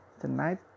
tonight